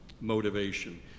motivation